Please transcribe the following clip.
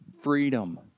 freedom